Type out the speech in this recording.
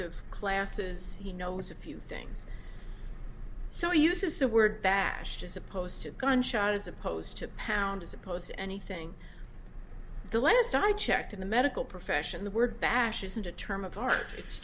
of classes he knows a few things so he uses the word bashed as opposed to a gunshot as opposed to pound as opposed to anything the letter started checked in the medical profession the word baksh isn't a term of art it's